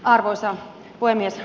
arvoisa puhemies